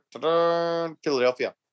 Philadelphia